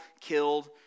killed